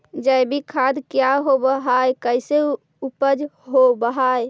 जैविक खाद क्या होब हाय कैसे उपज हो ब्हाय?